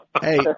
Hey